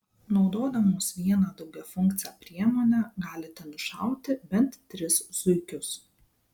naudodamos vieną daugiafunkcę priemonę galite nušauti bent tris zuikius